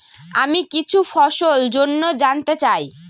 আমি কিছু ফসল জন্য জানতে চাই